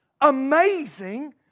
amazing